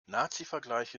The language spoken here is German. nazivergleiche